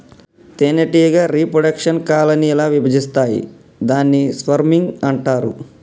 తేనెటీగ reproduction colony ల విభజిస్తాయి దాన్ని స్వర్మింగ్ అంటారు